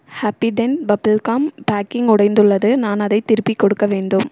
Happydent bubble gum packing உடைந்துள்ளது நான் அதைத் திருப்பிக் கொடுக்க வேண்டும்